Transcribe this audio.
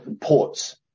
ports